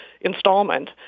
installment